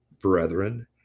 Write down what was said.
brethren